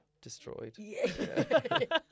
destroyed